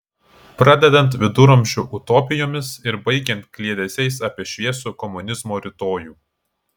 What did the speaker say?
pradedant viduramžių utopijomis ir baigiant kliedesiais apie šviesų komunizmo rytojų